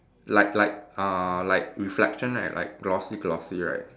like like uh like reflection right like glossy glossy right